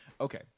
Okay